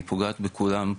היא פוגעת בכולם,